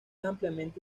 ampliamente